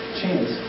chance